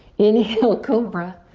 inhale cobra.